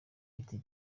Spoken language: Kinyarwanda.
giti